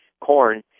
corn